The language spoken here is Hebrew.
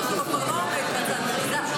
אז האוטו שלו כבר לא עומד בצד לביזה.